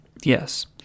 Yes